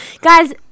Guys